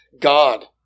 God